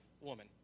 woman